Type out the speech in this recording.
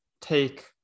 take